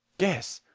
guess!